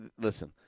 listen